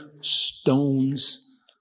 stones